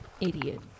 idiot